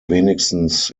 wenigstens